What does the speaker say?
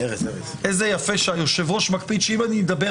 איזה יפה שהיושב-ראש מקפיד שאם אני מדבר